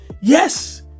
Yes